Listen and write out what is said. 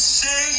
say